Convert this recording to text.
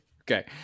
okay